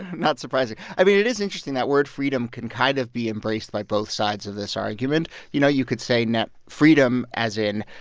not surprising i mean, it is interesting. that word, freedom, can kind of be embraced by both sides of this argument. you know, you could say net freedom, as in,